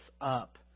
up